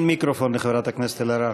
אין מיקרופון לחברת הכנסת אלהרר.